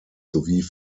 sowie